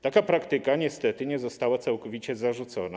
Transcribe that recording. Taka praktyka niestety nie została całkowicie zarzucona.